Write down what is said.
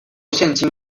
现今